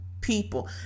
people